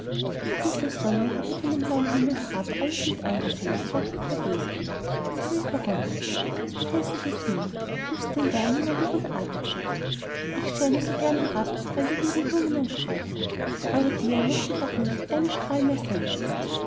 die gute sonne hatte von dem blauen himmel herab alles mit angesehen und ward bitterböse sie rief herunter du häßliches ding willst du denn gar nie mehr lieb und artig sein ich scheine so gern herab auf alle die lieben blumen und sträucher aber dir möchte ich auch nicht einen strahl mehr senden